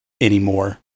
anymore